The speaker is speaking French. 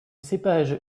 cépage